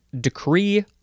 decree